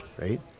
Right